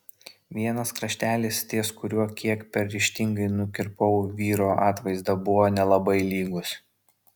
vienas kraštelis ties kuriuo kiek per ryžtingai nukirpau vyro atvaizdą buvo nelabai lygus